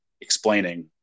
explaining